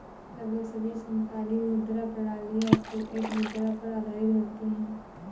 लगभग सभी समकालीन मुद्रा प्रणालियाँ फ़िएट मुद्रा पर आधारित होती हैं